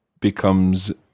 becomes